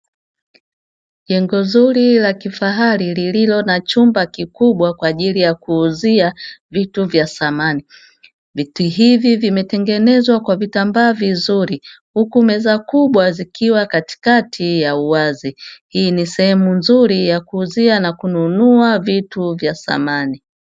Jengo zuri la kifahari lililo na chumba kikubwa kwa ajili ya kuuzia viti vya samani, viti hivi vimetengenezwa kwa vitambaa vizuri huku meza kubwa zikiwa katikati ya uwazi, hii ni sehemu nzuri ya kuuzia na kununua vitu vya samani.